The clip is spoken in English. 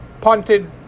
punted